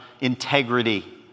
integrity